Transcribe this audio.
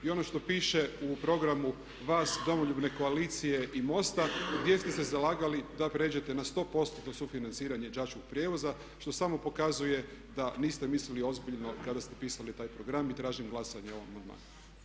I ono što piše u programu vas Domoljubne koalicije i MOST-a gdje ste se zalagali da pređete na 100%-tno sufinanciranje đačkog prijevoza što samo pokazuje da niste mislili ozbiljno kada ste pisali taj program i tražim glasanje o ovom amandmanu.